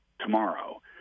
tomorrow